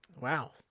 Wow